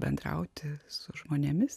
bendrauti su žmonėmis